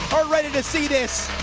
are ready to see this.